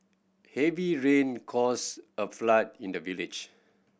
heavy rain caused a flood in the village